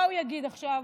מה הוא יגיד עכשיו?